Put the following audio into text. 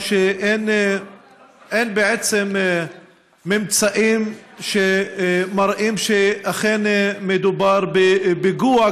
שאין בעצם ממצאים שמראים שאכן מדובר בפיגוע,